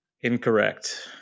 Incorrect